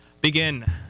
begin